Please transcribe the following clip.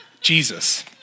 Jesus